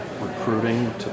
recruiting